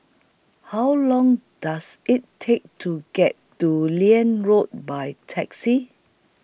How Long Does IT Take to get to Liane Road By Taxi